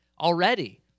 already